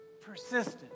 Persistent